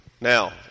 Now